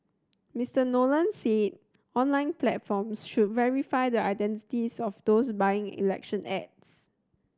Mister Nolan said online platforms should verify the identities of those buying election ads